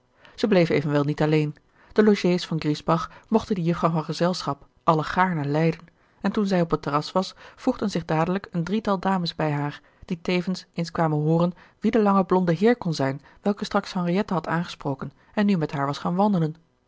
zij bleef evenwel niet alleen de logées van griesbach mochten die jufvrouw van gezelschap allen gaarne lijden en toen zij op het terras was voegden zich dadelijk een drietal dames bij haar die tevens eens kwamen hooren wie de lange blonde heer kon zijn welke straks henriette had aangesproken en nu met haar was gaan wandelen